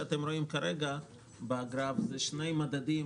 אתם רואים בגרף שני מדדים,